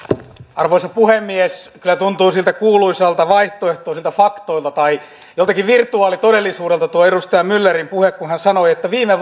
arvoisa puhemies kyllä tuntuu niiltä kuuluisilta vaihtoehtoisilta faktoilta tai joltakin virtuaalitodellisuudelta tuo edustaja myllerin puhe kun hän sanoi että viime